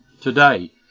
today